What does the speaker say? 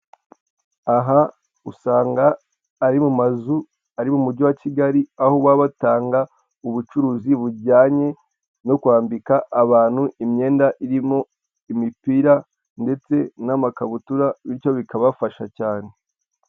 Aha usanga ari mu mazu ari mu mujyi wa Kigali aho baba batanga ubucuruzi bujyanye no kwambika abantu imyenda irimo imipira ndetse n'amakabutura bityo bikabafasha cyane.